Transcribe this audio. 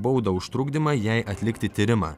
baudą už trukdymą jai atlikti tyrimą